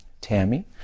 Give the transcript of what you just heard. tammy